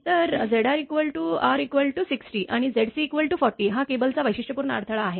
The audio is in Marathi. तर Zr R 60 आणि Zc 40 हा केबलचा वैशिष्ट्यपूर्ण अडथळा आहे